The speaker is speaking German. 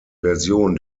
version